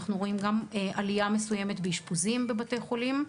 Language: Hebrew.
אנחנו רואים גם עלייה מסוימת באשפוזים בבתי החולים,